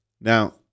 Now